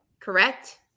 Correct